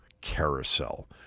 carousel